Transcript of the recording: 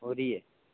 हो रही है